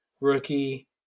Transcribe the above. rookie